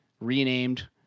renamed